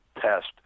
test